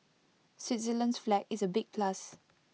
Switzerland's flag is A big plus